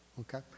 Okay